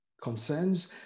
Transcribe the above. Concerns